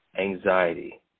Anxiety